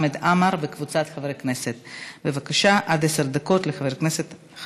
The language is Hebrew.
וחוזרת לדיון בוועדה המיוחדת לדיון בהצעות